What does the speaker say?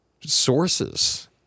sources –